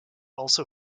also